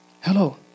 Hello